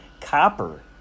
copper